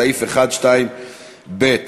סעיף 1(2)(ב).